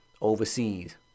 overseas